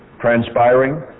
transpiring